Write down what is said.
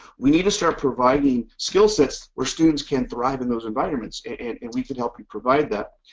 we need to start providing skill sets where students can thrive in those environments and and we can help you provide that.